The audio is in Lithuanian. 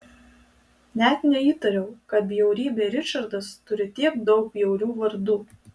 net neįtariau kad bjaurybė ričardas turi tiek daug bjaurių vardų